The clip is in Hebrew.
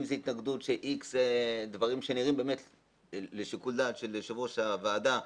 אם זו התנגדות שאיקס דברים שנראים לשיקול דעת של יו"ר הוועדה,